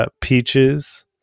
Peaches